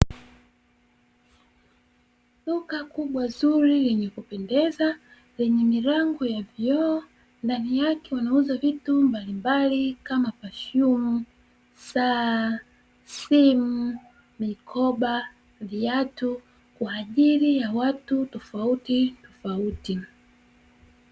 Duka kubwa zuri lenye kupendeza lenye milango ya vioo, ndani yake wanauza vitu mbalimbali kama pafyumu, saa, simu, mikoba, viatu kwa ajili ya watu tofautitofauti.